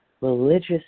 religious